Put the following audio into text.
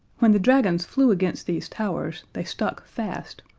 when the dragons flew against these towers, they stuck fast,